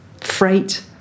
freight